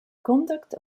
conduct